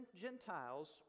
Gentiles